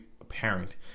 apparent